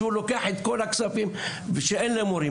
שהוא לוקח את כל הכספים ואין למורים.